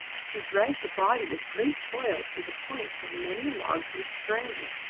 she dragged the body with great toil to the point where many logs were stranded.